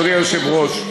אדוני היושב-ראש,